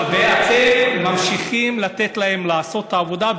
ואתם ממשיכים לתת להם לעשות את העבודה,